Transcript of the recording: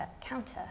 counter